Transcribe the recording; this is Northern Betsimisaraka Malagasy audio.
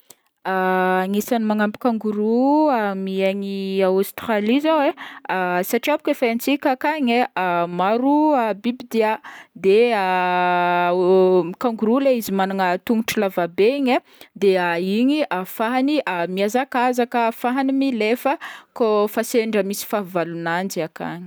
Anisan'ny manampy kangoroa miaigny a Aostralia zao e, satria boaka fa haintsika ankagny e maro bibidia de kangoroa le izy magnana tongotro lava be igny e, de igny ahafahagny mihazakazaka, ahafahagny milefa kaofa misy fahavalon'anjy avy agny.